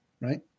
Right